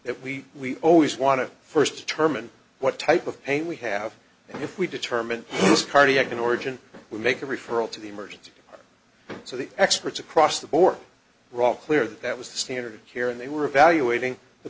that we always want to first determine what type of pain we have and if we determine cardiac in origin we make a referral to the emergency so the experts across the board rock clear that that was the standard here and they were evaluating the